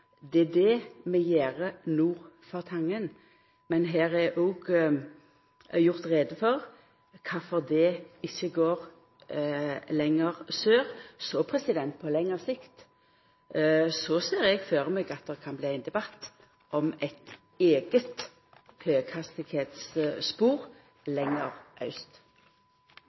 gjer nord for Tangen, men her er òg gjort greie for kvifor det ikkje går lenger sør. På lengre sikt ser eg for meg at det kan bli ein debatt om eit eige høghastigheitsspor lenger aust.